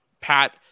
Pat